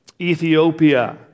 Ethiopia